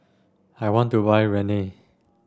I want to buy Rene